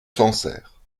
sancerre